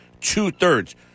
two-thirds